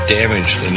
damaged